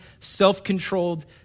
self-controlled